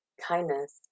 kindness